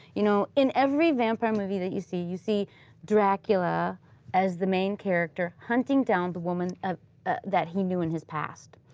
you know, in every vampire movie that you see, you see dracula as the main character hunting down the woman ah ah that he knew in his past.